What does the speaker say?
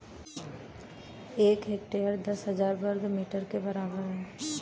एक हेक्टेयर दस हजार वर्ग मीटर के बराबर है